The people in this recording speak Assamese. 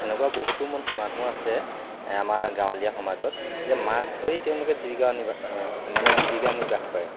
এনেকুৱা বহুতো মানুহ আছে আমাৰ গাঁৱলীয়া সমাজত যে মাছ ধৰি তেওঁলোকে জীৱিকা নিৰ্বাহ মানে জীৱিকা নিৰ্বাহ কৰে